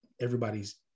everybody's